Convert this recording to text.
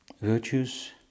Virtues